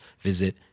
visit